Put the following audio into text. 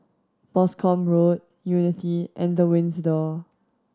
Boscombe Road Unity and The Windsor